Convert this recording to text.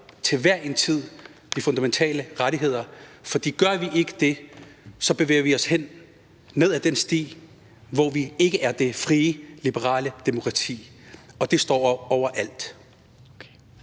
til enhver tid sikrer de fundamentale rettigheder. For gør vi ikke det, bevæger vi os ned ad den sti, hvor vi ikke er det frie liberale demokrati, som jo står over alt.